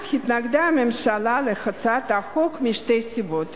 אז התנגדה הממשלה להצעת החוק משתי סיבות: